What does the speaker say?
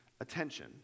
attention